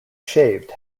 shaved